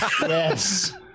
yes